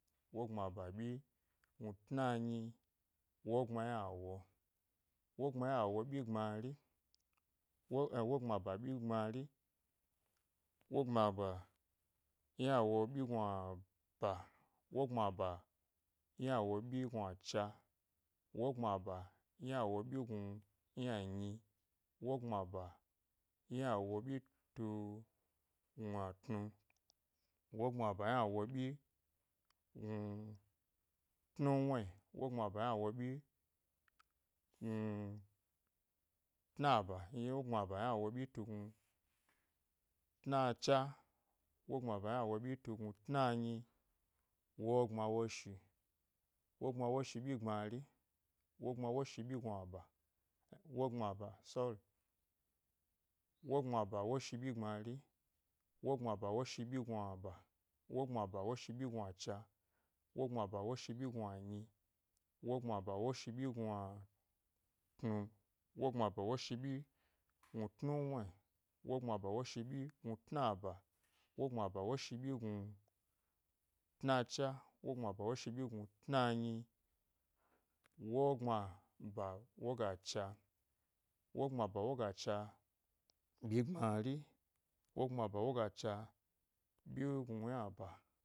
Wogbama ba ɓyi gnu tna nyi, wogbma yna wo, wogbma yna wo ɓyi gbmari, wo wogbma ba ɓyi gbmari, wogbmaba ynawo ɓyi gnuaba, ynawo ɓyi gnuacha wogbmaba, ynawo ɓyi gnu yna nyi, wogbma ba ynawo ɓyitu gnuatnu, wogbma ba ynawo ɓyi gnu tnuwni, wogbma ba ynawo ɓyi gnu tna ba, tugnu tna cha, wogbmaba ynawoɓyi tu gni, tnanyi wogbma woshi, wogbma woshi ɓyi gbmari, wogbma woshi ɓyi gnua ba, wogbma ba sorry, wogbma ba woshi ɓyi gbmari, wogbma woshi ɓyi gnuaba, wogbmaba woshi ɓyi gnuacha, wogbmaba woshi ɓyi gnu nyi, wogbmaba woshi ɓyi gnuatnu, wogbmaba woshi ɓyi gnutnuwni, wogbmaba woshi ɓyi gnutnaba, wogbmaba woshi ɓyi gnutnanyi, wogbmaba wogacha, wogbmaba wogacha ɓyi gbmari, wogbmaba wogacha ɓyignu bynaba